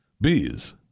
bees